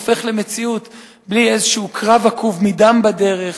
הופך למציאות בלי איזה קרב עקוב מדם בדרך.